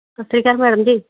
ਸਤਿ ਸ਼੍ਰੀ ਅਕਾਲ ਮੈਡਮ ਜੀ